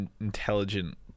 intelligent